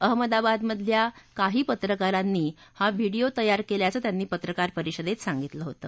अहमदाबादमधल्या काही पत्रकारांनी हा व्हिडिओ तयार केल्याचं त्यांनी पत्रकार परिषदेत सांगितलं होतं